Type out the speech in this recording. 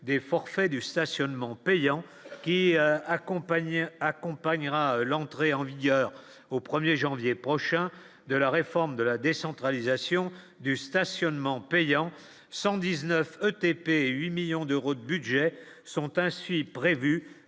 des forfaits du stationnement payant qui accompagnera l'entrée en vigueur au 1er janvier prochain de la réforme de la décentralisation du stationnement payant 119 ETP, 8 millions d'euros de budget sont ainsi prévus